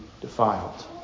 defiled